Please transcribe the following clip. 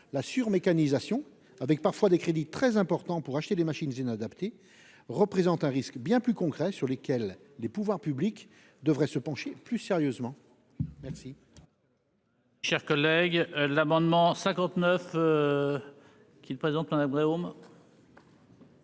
la sur-mécanisation avec parfois des crédits très importants pour acheter des machines. Représente un risque bien plus concrets sur lesquels les pouvoirs publics devraient se pencher plus sérieusement. Merci.